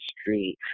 street